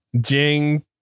Jing